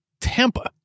Tampa